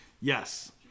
Yes